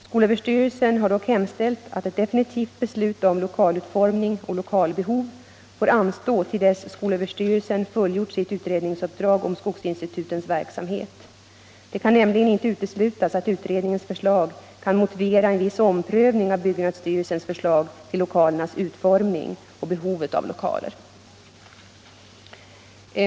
Skolöverstyrelsen har dock hemställt att ett definitivt beslut om lokalutformning och lokalbehov får anstå till dess skolöverstyrelsen fullgjort sitt utredningsuppdrag om skogsinstitutens verksamhet. Det kan nämligen inte uteslutas att utredningens förslag kan motivera en viss omprövning av byggnadsstyrelsens förslag till lokalernas utformning och behovet av lokaler.